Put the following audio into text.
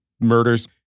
murders